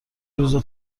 روزا